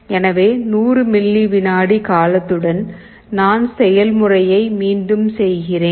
எனவே 100 மில்லி வினாடி காலத்துடன் நான் செயல்முறையை மீண்டும் செய்கிறேன்